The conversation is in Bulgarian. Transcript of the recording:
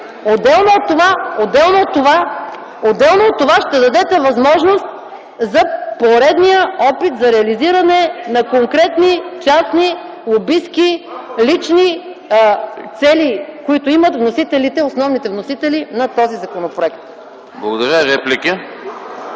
Отделно от това, ще дадете възможност за поредния опит за реализиране на конкретни частни лобистки, лични цели, които имат основните вносители на този законопроект. ПРЕДСЕДАТЕЛ